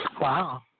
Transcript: Wow